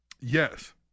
Yes